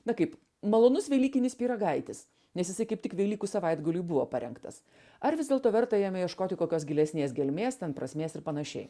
na kaip malonus velykinis pyragaitis nes jisai kaip tik velykų savaitgaliui buvo parengtas ar vis dėlto verta jame ieškoti kokios gilesnės gelmės ten prasmės ir panašiai